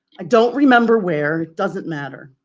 i don't remember where, it doesn't matter.